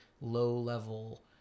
low-level